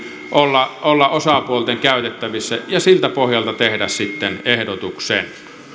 olla olla osapuolten käytettävissä ja siltä pohjalta tehdä sitten ehdotuksen